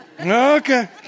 Okay